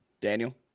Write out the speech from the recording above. Daniel